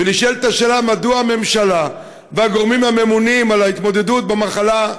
ונשאלת השאלה מדוע הממשלה והגורמים הממונים על ההתמודדות עם המחלה,